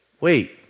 wait